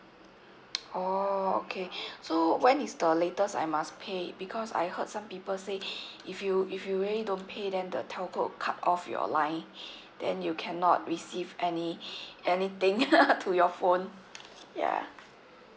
oh okay so when is the latest I must pay because I heard some people say if you if you really don't pay then the telco cut off your line then you cannot receive any anything to your phone yeah